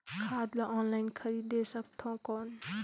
खाद ला ऑनलाइन खरीदे सकथव कौन?